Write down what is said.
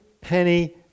penny